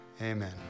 Amen